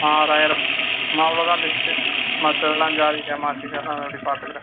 ஆறாயிரம் அம்மா அவ்வளோ தான் லிஸ்ட்டு மற்றதுலாம் ஜாதிக்காய் மாசிக்காலாம் அது அப்படி பார்த்துக்குறேன்